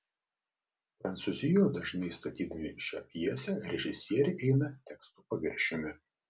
prancūzijoje dažnai statydami šią pjesę režisieriai eina teksto paviršiumi